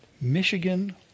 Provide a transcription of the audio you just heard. Michigan